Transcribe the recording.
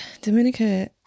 dominica